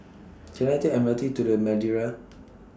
Can I Take M R T to The Madeira